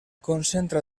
concentra